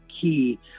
key